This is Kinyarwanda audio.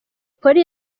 polly